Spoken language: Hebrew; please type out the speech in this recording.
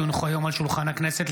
כי הונחו היום על שולחן הכנסת,